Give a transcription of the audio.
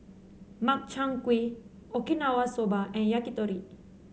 Makchang Gui Okinawa Soba and Yakitori